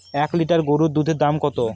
এক লিটার গরুর দুধের দাম কত?